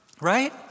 right